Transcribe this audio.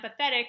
empathetic